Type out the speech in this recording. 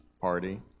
party